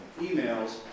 emails